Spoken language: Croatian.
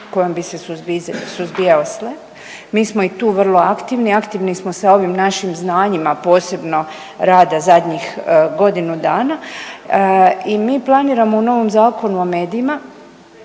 kojom bi se suzbijao SLAPP. Mi smo i tu vrlo aktivni, aktivni smo sa ovim našim znanjima posebno rada zadnjih godinu dana. I mi planiramo u novom Zakonu o medijima